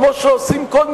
כמו שעושים כל,